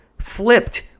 Flipped